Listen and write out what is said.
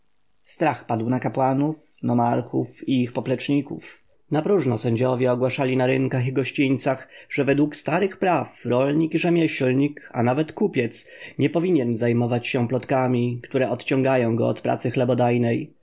strach padł na kapłanów nomarchów i ich popleczników napróżno sędziowie ogłaszali na rynkach i gościńcach że według starych praw rolnik i rzemieślnik a nawet kupiec nie powinien zajmować się plotkami które odciągają go od